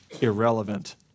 irrelevant